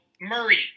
Murray